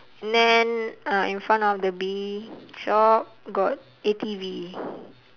then uh in front of the bee shop got A_T_V